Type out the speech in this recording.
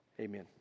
amen